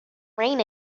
rain